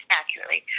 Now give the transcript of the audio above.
accurately